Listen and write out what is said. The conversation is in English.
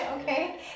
okay